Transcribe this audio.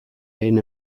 lehen